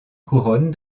couronne